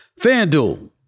FanDuel